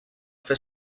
fer